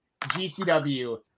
GCW